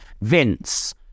Vince